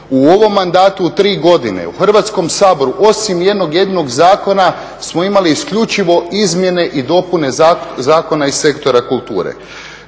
U ovom mandatu, u 3 godine u Hrvatskom saboru, osim jednog jedinog zakona smo imali isključivo izmjene i dopune zakona iz sektora kulture.